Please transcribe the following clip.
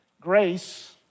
grace